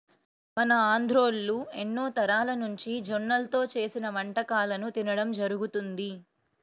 మన ఆంధ్రోల్లు ఎన్నో తరాలనుంచి జొన్నల్తో చేసిన వంటకాలను తినడం జరుగతంది